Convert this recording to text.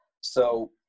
So-